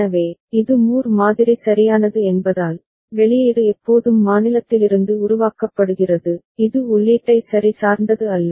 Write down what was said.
எனவே இது மூர் மாதிரி சரியானது என்பதால் வெளியீடு எப்போதும் மாநிலத்திலிருந்து உருவாக்கப்படுகிறது இது உள்ளீட்டை சரி சார்ந்தது அல்ல